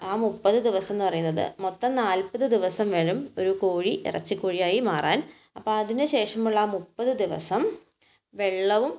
ആ മുപ്പത്ത് ദിവസം എന്ന് പറയുന്നത് മൊത്തം നാല്പത് ദിവസം വരും ഒരു കോഴി എറച്ചി കോഴിയായി മാറാൻ അപ്പം അതിന് ശേഷമുള്ള ആ മുപ്പത്ത് ദിവസം വെള്ളവും